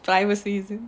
privacy is it